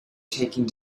taking